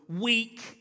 weak